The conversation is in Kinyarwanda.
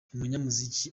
umunyamuziki